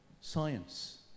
science